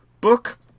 book